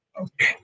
Okay